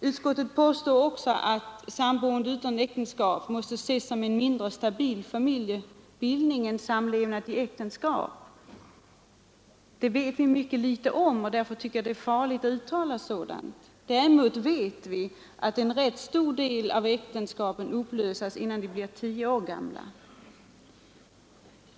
Utskottet påstår också att samlevnad utom äktenskap måste ses som en mindre stabil familjebildning än samlevnad i äktenskap. Det vet vi ytterst litet om, och därför är det farligt att uttala något sådant. Däremot vet vi att en hel del av äktenskapen upplöses innan de blir tio år gamla.